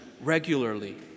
regularly